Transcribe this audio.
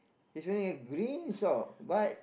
he's wearing a green sock but